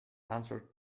answer